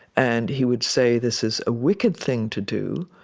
and he would say, this is a wicked thing to do,